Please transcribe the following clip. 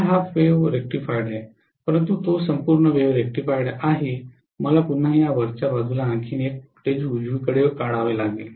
हा half wave rectified आहे परंतु तो संपूर्ण वेव्ह रेक्टिफाइड आहे मला पुन्हा या वरच्या बाजूला आणखी एक व्होल्टेज उजवीकडे काढावे लागेल